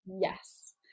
yes